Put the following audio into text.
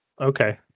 okay